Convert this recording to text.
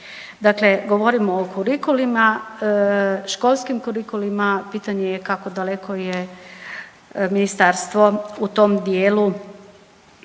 Dakle, govorimo o kurikulima, školskim kurikulima, pitanje je kako daleko je ministarstvo u tom dijelu